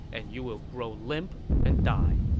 and you will grow limp and die.